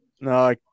No